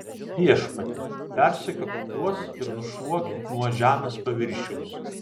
viešpatie persekiok juos ir nušluok nuo žemės paviršiaus